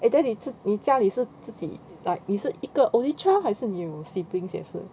eh then 你自你家里是自己 like 你是一个 only child 还是你有 siblings 也是